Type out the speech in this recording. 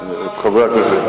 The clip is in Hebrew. חברי הכנסת.